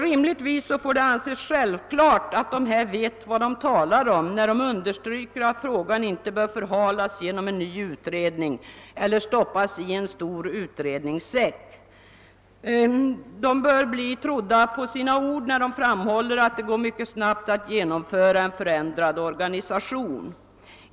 Rimligtvis får det anses självklart att dessa organ vet vad de talar om när de understryker att frågan inte bör förhalas genom en ny utredning eller stoppas i en stor utredningssäck. De bör bli trodda när de framhåller att det går mycket snabbt att genomföra en förändrad organisation.